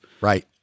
right